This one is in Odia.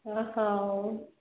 ଓ ହେଉ